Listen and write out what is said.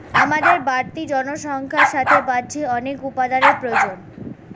আমাদের বাড়তি জনসংখ্যার সাথে বাড়ছে অনেক উপাদানের প্রয়োজন